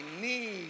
need